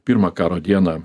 pirmą karo dieną